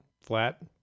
flat